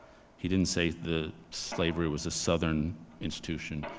he didn't say the slavery was a southern institution.